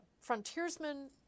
frontiersmen